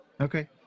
Okay